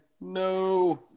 No